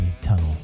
tunnel